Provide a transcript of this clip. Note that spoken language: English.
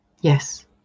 Yes